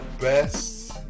best